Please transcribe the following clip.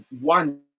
one